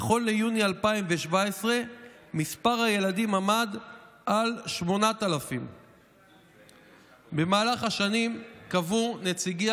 נכון ליוני 2017 מספר הילדים עמד על 8,000. במהלך השנים קבעו נציגי